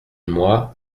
moi